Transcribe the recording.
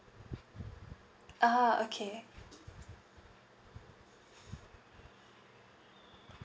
ah okay